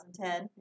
2010